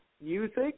music